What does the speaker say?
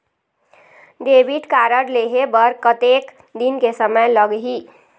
Debit card लेहे बर कतेक दिन के समय लगही?